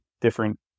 different